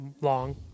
long